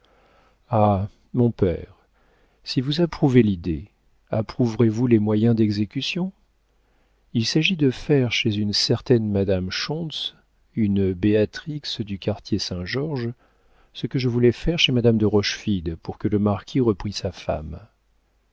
ah mon père si vous approuvez l'idée approuverez vous les moyens d'exécution il s'agit de faire chez une certaine madame schontz une béatrix du quartier saint-georges ce que je voulais faire chez madame de rochefide pour que le marquis reprît sa femme